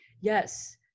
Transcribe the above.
Yes